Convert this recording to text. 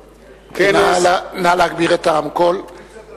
בתל-אביב, כנס חירום של ארגונים